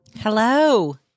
Hello